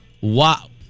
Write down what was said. wow